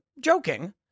joking